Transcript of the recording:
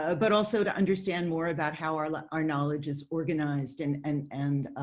ah but also to understand more about how our like our knowledge is organized and and and